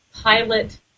pilot